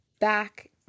back